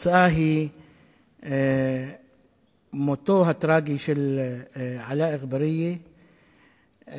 התוצאה היא מותו הטרגי של עלא אגבאריה שניות